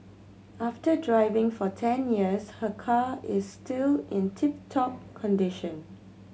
after driving for ten years her car is still in tip top condition